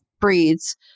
breeds